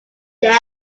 there